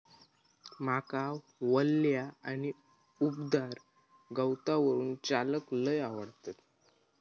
माका वल्या आणि उबदार गवतावरून चलाक लय आवडता